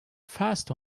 fast